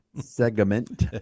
Segment